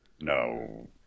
No